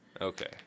Okay